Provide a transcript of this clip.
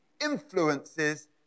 influences